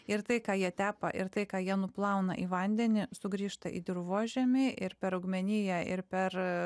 ir tai ką jie tepa ir tai ką jie nuplauna į vandenį sugrįžta į dirvožemį ir per augmeniją ir per